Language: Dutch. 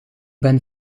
ben